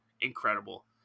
incredible